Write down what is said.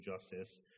justice